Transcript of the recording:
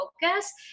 focus